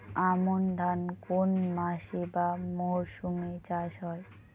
আমন ধান কোন মাসে বা মরশুমে চাষ হয়?